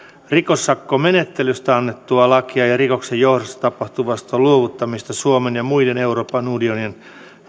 rikesakkomenettelystä annettua lakia ja rikoksen johdosta tapahtuvasta luovuttamisesta suomen ja muiden euroopan unionin